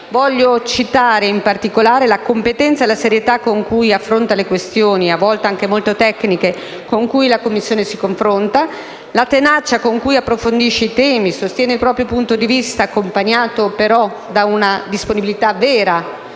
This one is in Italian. Voglio citare in particolare la competenza e la serietà con cui affronta le questioni, a volte anche molto tecniche, con cui la Commissione si confronta, la tenacia con cui approfondisce i temi e sostiene il proprio punto di vista, accompagnato però da una disponibilità vera